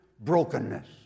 brokenness